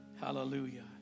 Hallelujah